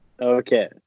Okay